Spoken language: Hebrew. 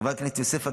חבר הכנסת יוסף עטאונה,